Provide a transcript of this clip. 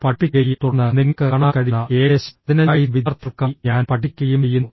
പഠിപ്പിക്കുകയും തുടർന്ന് നിങ്ങൾക്ക് കാണാൻ കഴിയുന്ന ഏകദേശം 15000 വിദ്യാർത്ഥികൾക്കായി ഞാൻ പഠിപ്പിക്കുകയും ചെയ്യുന്നു